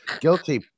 guilty